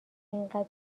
اینقدر